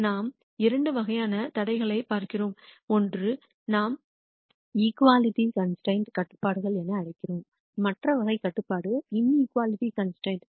நாம் இரண்டு வகையான தடைகளைப் பார்க்கிறோம் ஒன்று நாம் இகுவாலிட்டி கன்ஸ்டன்ட் கட்டுப்பாடுகள் என அழைக்கிறோம் மற்ற வகை கட்டுப்பாடு இன் குவாலிட்டி கன்ஸ்டன்ட்